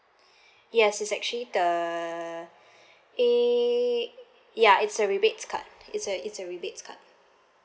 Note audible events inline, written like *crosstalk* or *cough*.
*breath* yes it's actually the a ya it's a rebates card it's a it's a rebates card